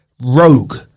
rogue